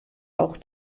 auch